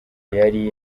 yari